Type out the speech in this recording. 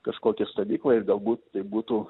kažkokią stovyklą ir galbūt tai būtų